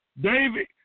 David